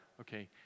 Okay